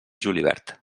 julivert